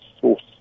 source